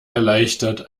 erleichtert